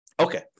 Okay